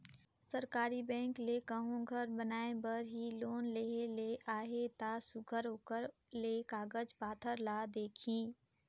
सरकारी बेंक ले कहों घर बनाए बर ही लोन लेहे ले अहे ता सुग्घर ओकर ले कागज पाथर ल देखही